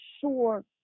sure